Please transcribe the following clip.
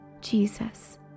Jesus